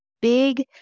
big